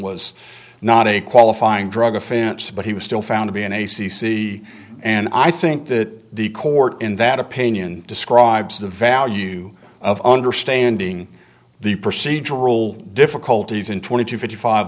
was not a qualifying drug offense but he was still found to be in a c c and i think that the court in that opinion describes the value of understanding the procedural difficulties in twenty to fifty five